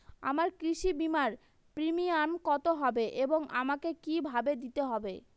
আমার কৃষি বিমার প্রিমিয়াম কত হবে এবং আমাকে কি ভাবে দিতে হবে?